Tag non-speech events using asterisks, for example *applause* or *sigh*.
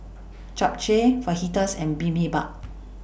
*noise* Japchae Fajitas and Bibimbap